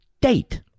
date